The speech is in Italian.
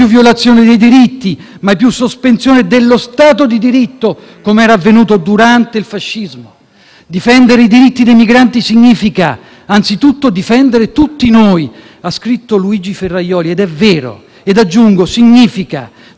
«Difendere i diritti dei migranti significa anzitutto difendere tutti noi», ha scritto Luigi Ferrajoli ed è vero. Aggiungo che ciò significa non far arretrare i diritti degli italiani, soprattutto quelli dei più deboli tra noi.